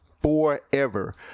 forever